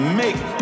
make